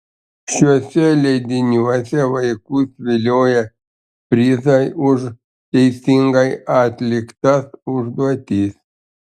šiuose leidiniuose vaikus vilioja prizai už teisingai atliktas užduotis